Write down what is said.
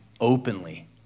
openly